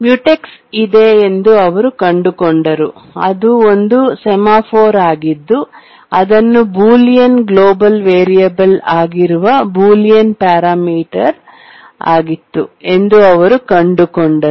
mutex ಇದೆ ಎಂದು ಅವರು ಕಂಡುಕೊಂಡರು ಅದು ಒಂದು ಸೆಮಾಫೋರ್ ಆಗಿದ್ದು ಅದನ್ನು ಬೂಲಿಯನ್ ಗ್ಲೋಬಲ್ ವೇರಿಯಬಲ್ ಆಗಿರುವ ಬೂಲಿಯನ್ ಪ್ಯಾರಾಮೀಟರ್ ಎಂದು ಅವರು ಕಂಡುಕೊಂಡರು